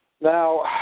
Now